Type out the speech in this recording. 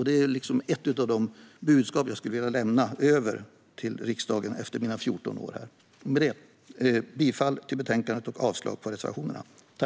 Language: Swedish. Det är ett av de budskap jag skulle vilja lämna över till riksdagen efter mina 14 år här. Med detta yrkar jag bifall till utskottets förslag och avslag på reservationerna.